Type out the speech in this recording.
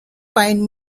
find